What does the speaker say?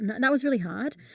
and and that was really hard.